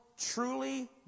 truly